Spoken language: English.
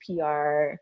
PR